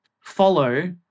follow